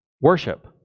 Worship